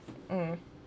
mm